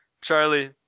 Charlie